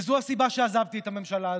וזו הסיבה שעזבתי את הממשלה הזו,